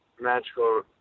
magical